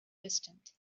distant